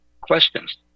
questions